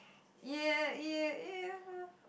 !yay! !yay! !yay!